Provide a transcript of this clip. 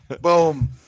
Boom